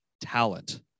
talent